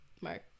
Mark